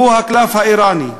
והוא הקלף האיראני.